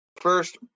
first